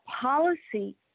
policy